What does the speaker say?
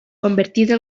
convertido